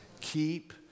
Keep